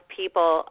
people